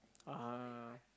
ah